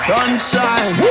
Sunshine